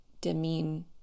demean